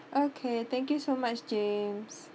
okay thank you so much james